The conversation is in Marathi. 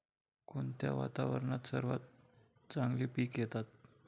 कोणत्या वातावरणात सर्वात चांगली पिके येतात?